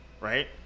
right